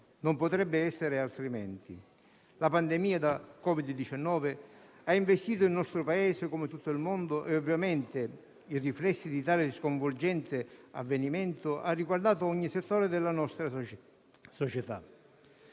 Non potrebbe essere altrimenti: la pandemia da Covid-19 ha investito il nostro Paese, come tutto il mondo, e ovviamente i riflessi di tale sconvolgente avvenimento hanno riguardato ogni settore della nostra società.